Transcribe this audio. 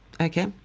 Okay